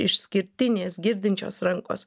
išskirtinės girdinčios rankos